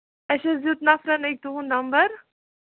اَسہِ حظ دیُت نَفرَن أکۍ تُہُند نَمبر